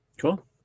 cool